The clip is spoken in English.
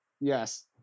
Yes